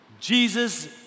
Jesus